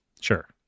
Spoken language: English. Sure